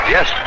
Yes